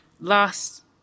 Last